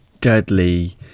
deadly